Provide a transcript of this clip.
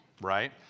right